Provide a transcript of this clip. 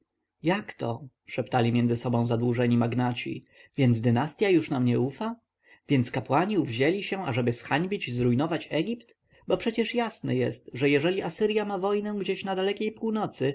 arystokrację jakto szeptali między sobą zadłużeni magnaci więc dynastja już nam nie ufa więc kapłani uwzięli się ażeby zhańbić i zrujnować egipt bo przecie jasne jest że jeżeli asyrja ma wojnę gdzieś na dalekiej północy